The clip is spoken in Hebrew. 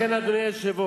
לכן, אדוני היושב-ראש,